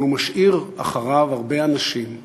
אבל משאיר אחריו הרבה אנשים תוהים,